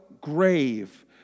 grave